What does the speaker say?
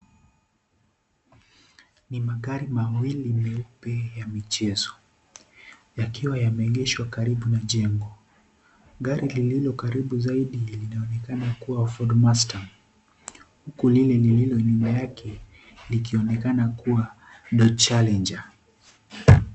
Ni magari mawili meupe ya michezo. Yakiwa yameegeshwa karibu na jengo. Gari lililo karibu zaidi linaonekana kuwa Ford Master, huku lile lililo nyuma yake, likionekana kuwa Dodge Challenger.